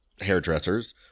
hairdressers